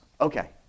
Okay